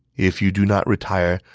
if you do not retire,